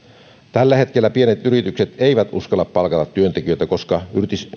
tällä hetkellä pienet yritykset eivät uskalla palkata työntekijöitä koska